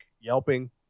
yelping